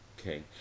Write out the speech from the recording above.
okay